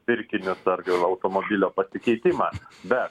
pirkinius ar automobilio pasikeitimą bet